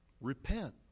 Repent